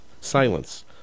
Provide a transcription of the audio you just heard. Silence